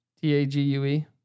T-A-G-U-E